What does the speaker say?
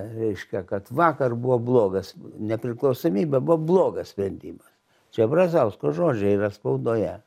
reiškia kad vakar buvo blogas nepriklausomybė buvo blogas sprendimas čia brazausko žodžiai yra spaudoje